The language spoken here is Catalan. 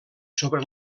sobre